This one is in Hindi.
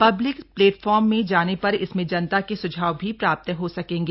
पब्लिक प्लेटफॉर्म में जाने पर इसमें जनता के सुझाव भी प्राप्त हो सकेंगे